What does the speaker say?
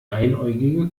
einäugige